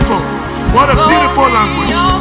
language